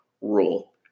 rule